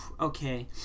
Okay